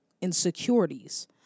insecurities